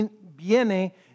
viene